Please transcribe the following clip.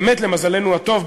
באמת למזלנו הטוב,